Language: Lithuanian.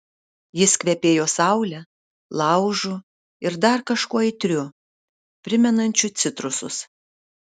jis kvepėjo saule laužu ir dar kažkuo aitriu primenančiu citrusus